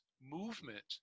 movement